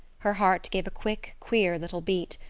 her heart gave a quick, queer little beat.